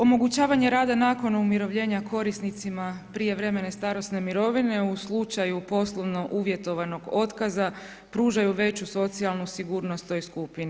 Omogućavanje rada nakon umirovljenja korisnicima prijevremene starosne mirovine u slučaju poslovno uvjetovanog otkaza pružaju veću socijalnu sigurnost toj skupini.